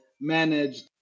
managed